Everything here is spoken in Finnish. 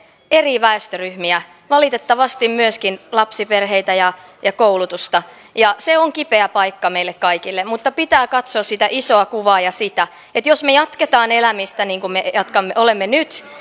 eri väestöryhmiä valitettavasti myöskin lapsiperheitä ja ja koulutusta se on kipeä paikka meille kaikille mutta pitää katsoa sitä isoa kuvaa ja sitä että jos me jatkamme elämistä niin kuin nyt niin